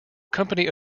company